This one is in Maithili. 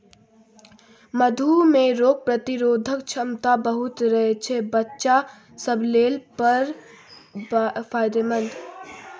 मधु मे रोग प्रतिरोधक क्षमता बहुत रहय छै बच्चा सब लेल बड़ फायदेमंद